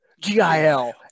G-I-L